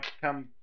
come